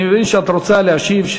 אני מבין שאת רוצה להשיב,